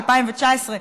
2019,